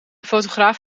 fotograaf